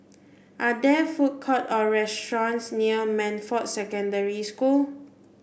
are there food court or restaurants near Montfort Secondary School